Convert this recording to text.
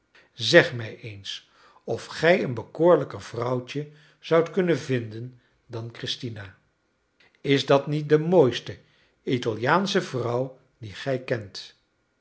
zeg mij eens of gij een bekoorlijker vrouwtje zoudt kunnen vinden dan christina is dat niet de mooiste italiaansche vrouw die gij kent